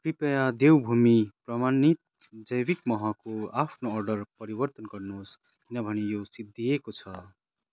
कृपया देवभूमि प्रमाणित जैविक महको आफ्नो अर्डर परिवर्तन गर्नुहोस् किनभने यो सिद्धिएको छ